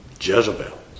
Jezebel